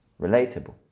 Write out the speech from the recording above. Relatable